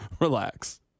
Relax